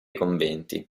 conventi